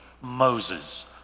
Moses